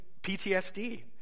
PTSD